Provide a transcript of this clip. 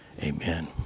Amen